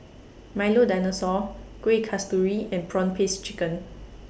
Milo Dinosaur Kueh Kasturi and Prawn Paste Chicken